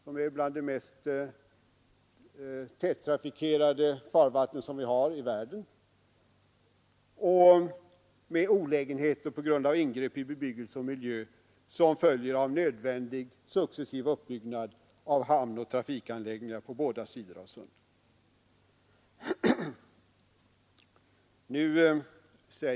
som är ett av de mest tättrafikerade farvatten som finns i världen, och med olägenheter på grund av de ingrepp i bebyggelse och miljö som följer av en nödvändig successiv utbyggnad av hamnoch trafikanläggningar på båda sidor om sundet.